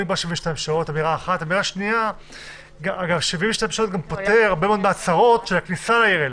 זה גם פותר הרבה מהצרות לכניסה לעיר אילת.